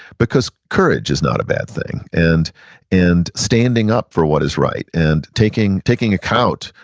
because courage is not a bad thing, and and standing up for what is right and taking taking account,